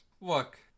Look